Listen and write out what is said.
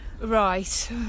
Right